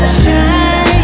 Shine